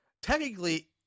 Technically